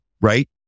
right